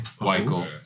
Michael